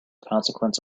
consequence